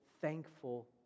thankful